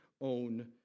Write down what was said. own